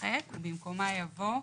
תימחק ובמקומה יבוא: